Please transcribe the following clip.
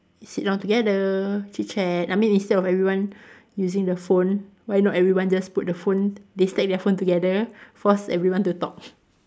you sit down together chit-chat I mean instead of everyone using the phone why not everyone just put their phone they stack their phone together force everyone to talk